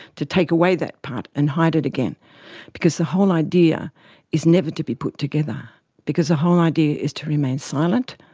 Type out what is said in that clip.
to take away that part and hide it again because the whole idea is never to be put together because the whole idea is to remain silent